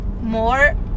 more